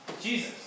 Jesus